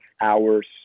hours